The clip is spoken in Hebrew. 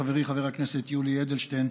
חברי חבר הכנסת יולי אדלשטיין,